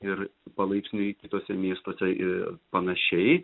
ir palaipsniui kituose miestuose ir panašiai